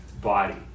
body